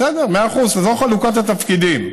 בסדר, מאה אחוז, זו חלוקת התפקידים: